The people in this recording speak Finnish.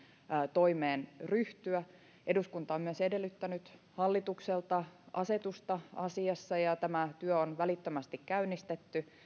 toimeen ryhtyä eduskunta on myös edellyttänyt hallitukselta asetusta asiassa ja tämä työ on välittömästi käynnistetty